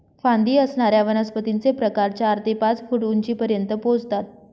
फांदी असणाऱ्या वनस्पतींचे प्रकार चार ते पाच फूट उंचीपर्यंत पोहोचतात